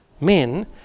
men